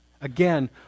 Again